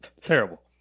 Terrible